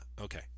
okay